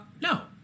no